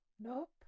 Nope